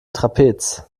trapez